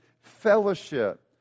fellowship